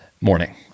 Morning